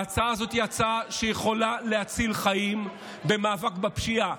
ההצעה הזאת היא הצעה שיכולה להציל חיים במאבק בפשיעה.